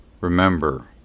Remember